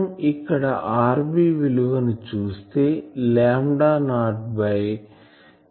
మనం ఇక్కడ rb విలువ ని చూస్తే లాంబ్డా నాట్ బై 2